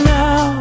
now